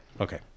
okay